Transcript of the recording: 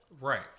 Right